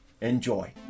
enjoy